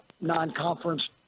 non-conference